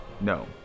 No